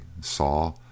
saw